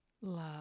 love